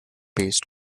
based